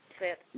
Set